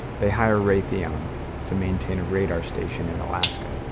they hire raytheon to maintain a radar station in alaska.